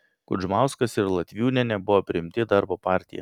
kudžmauskas ir latviūnienė buvo priimti į darbo partiją